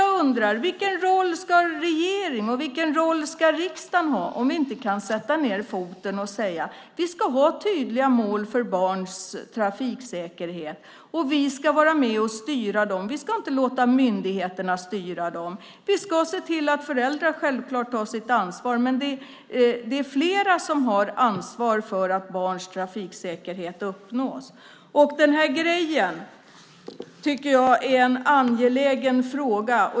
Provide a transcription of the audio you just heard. Vilken roll ska regeringen och riksdagen ha? Vi måste kunna sätta ned foten och säga: Vi ska ha tydliga mål för barns trafiksäkerhet, och vi ska vara med och styra dem. Vi ska inte låta myndigheterna styra. Vi ska självklart se till att föräldrar tar sitt ansvar. Men det är flera som har ansvar för att barns trafiksäkerhet uppnås. Den grejen tycker jag är en angelägen fråga.